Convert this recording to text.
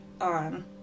on